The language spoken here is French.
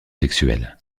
sexuel